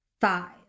five